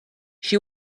she